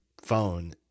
phone